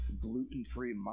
Gluten-free